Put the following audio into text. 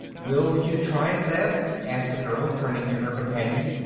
will you try it, zeb asked the girl, turning to her companion.